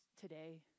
today